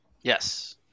Yes